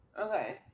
Okay